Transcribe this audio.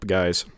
guys